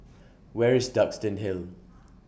Where IS Duxton Hill